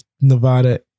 Nevada